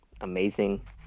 amazing